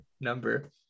number